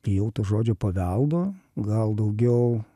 bijau to žodžio paveldo gal daugiau